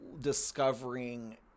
discovering